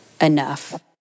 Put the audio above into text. enough